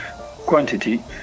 quantity